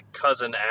cousin